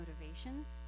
motivations